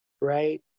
right